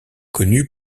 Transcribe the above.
connu